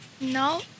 No